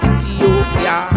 Ethiopia